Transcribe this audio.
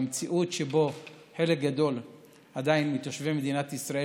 במציאות שבה עדיין חלק גדול מתושבי מדינת ישראל